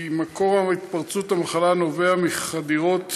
מקור התפרצות המחלה נובע מחדירות